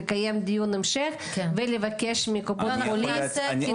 לקיים דיון המשך ולבקש מקופות החולים --- אני